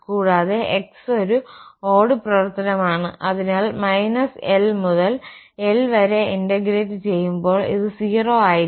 കൂടാതെ x ഒരു ഓട് പ്രവർത്തനമാണ് അതിനാൽ −l മുതൽ l വരെ ഇന്റഗ്രേറ്റ് ചെയ്യുമ്പോൾ ഇത് 0 ആയിരിക്കും